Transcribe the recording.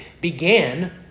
began